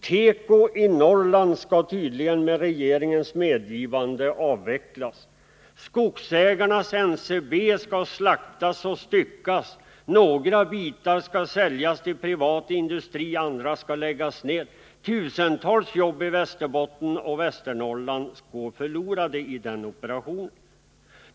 Teko i Norrland skall tydligen med regeringens medgivande avvecklas. Skogsägarnas NCB skall slaktas och styckas. Några bitar skall säljas till privat industri, andra skall läggas ner. Tusentals jobb i Västerbotten och Västernorrland går förlorade i den operationen.